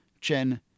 Chen